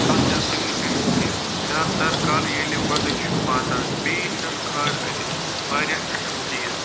culture significance تہِ زیادٕ تَرکَر ییٚلہِ ونٛدٕ چھُ واتان بیٚیہِ چھےٚ گاڈٕ اَتہِ واریاہ اہم چیٖز